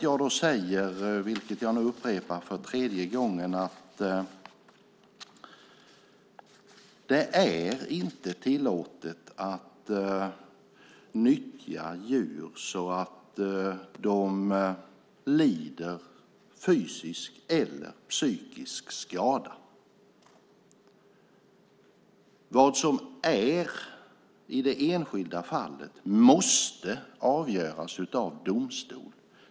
Jag upprepar nu för tredje gången att det inte är tillåtet att nyttja djur så att de lider fysisk eller psykisk skada. Vad det är i det enskilda fallet måste avgöras av domstol.